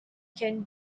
can